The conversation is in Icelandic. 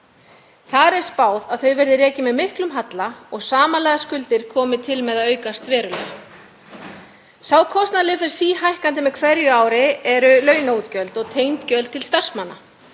Þar er því spáð að þau verði rekin með miklum halla og samanlagðar skuldir komi til með að aukast verulega. Sá kostnaðarliður sem fer síhækkandi með hverju ári eru launaútgjöld og tengd gjöld til starfsmanna,